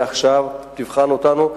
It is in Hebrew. מעכשיו תבחן אותנו,